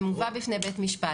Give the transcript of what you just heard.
זה מובא בפני בית משפט,